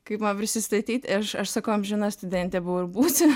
kaip man prisistatyt ir aš aš sakau amžina studentė buvau ir būsiu